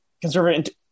conservative